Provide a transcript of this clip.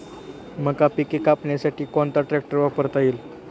मका पिके कापण्यासाठी कोणता ट्रॅक्टर वापरता येईल?